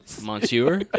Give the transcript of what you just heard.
Monsieur